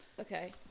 Okay